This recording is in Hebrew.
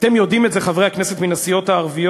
אתם יודעים את זה, חברי הכנסת מן הסיעות הערביות,